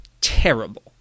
Terrible